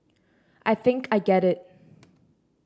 I think I get it